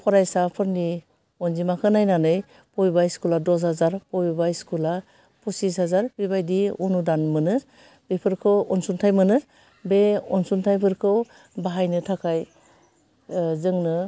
फरायसाफोरनि अनजिमाखौ नायनानै बबेबा स्कुलाव दस हाजार बबेबा स्कुला फसिस हाजार बेबादि अनुदान मोनो बेफोरखौ अनसुंथाइ मोनो बे अनसुंथाइफोरखौ बाहायनो थाखाय जोंनो